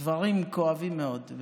דברים כואבים מאוד.